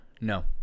No